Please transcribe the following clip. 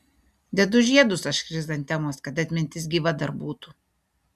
dedu žiedus aš chrizantemos kad atmintis gyva dar būtų